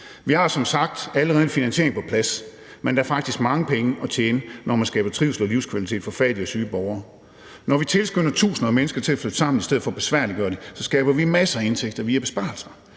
som sagt allerede en finansiering på plads, men der er faktisk mange penge at tjene, når man skaber trivsel og livskvalitet for fattige og syge borgere. Når vi tilskynder tusinde af mennesker til at flytte sammen i stedet for at besværliggøre det, skaber vi masser af indtægter via besparelser.